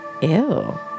Ew